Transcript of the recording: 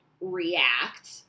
react